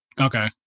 okay